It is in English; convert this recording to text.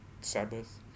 Sabbath